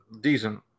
Decent